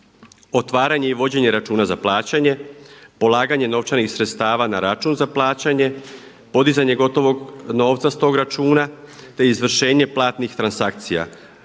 otvaranje i vođenje računa za plaćanje, polaganje novčanih sredstava na račun za plaćanje, podizanje gotovog novca s tog računa, te izvršenje platnih transakcija.